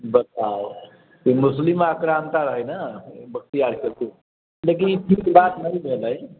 बताउ ई मुस्लिम आक्रान्ता रहै ने बख्तियार खिलजी लेकिन ई ठीक बात न भेलै